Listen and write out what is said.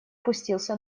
пустился